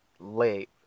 late